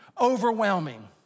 overwhelming